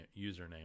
username